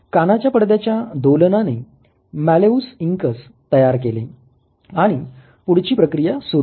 कानाच्या पडद्याच्या दोलनाने मॅलेउस इंकस तयार केले आणि पुढची प्रक्रिया सुरु झाली